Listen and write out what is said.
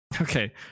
Okay